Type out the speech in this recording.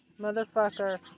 Motherfucker